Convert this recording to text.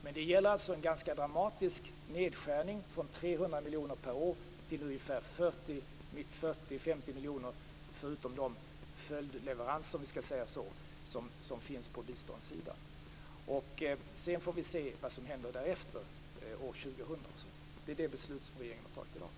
Men det är alltså fråga om en ganska dramatisk nedskärning från 300 miljoner kronor per år till 40 50 miljoner kronor, förutom de s.k. följdleveranser som finns på biståndssidan. Sedan får vi se vad som händer därefter, år 2000. Detta är det beslut som regeringen har fattat i dag.